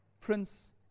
Prince